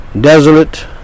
desolate